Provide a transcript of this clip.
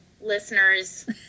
listeners